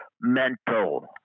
mental